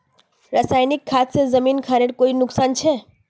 रासायनिक खाद से जमीन खानेर कोई नुकसान छे?